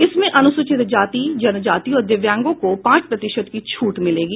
इसमें अनुसूचित जाति जनजाति और दिव्यांगों को पांच प्रतिशत की छूट मिलेगी